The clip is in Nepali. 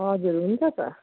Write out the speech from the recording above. हजुर हुन्छ त